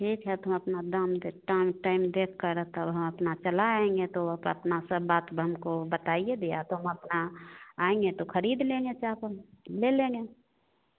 ठीक है तो हम अपना दाम दे टाम टाइम देख कर रहता अपना चला आएँगें तो अपना सब बात हमको बताइए या तो हम अपना आएँगे तो खरीद लेंगे चावल ले लेंगे